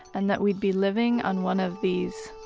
and that we'd be living on one of these,